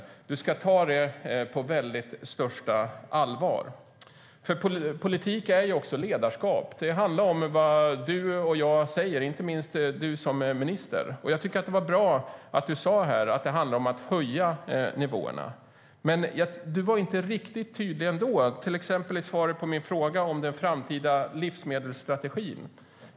Politik är också ledarskap. Det handlar om vad du och jag säger, inte minst du som minister. Det är bra att det handlar om att höja nivåerna. Men du var inte riktigt tydlig ändå, till exempel i svaret på min fråga om den framtida livsmedelsstrategin.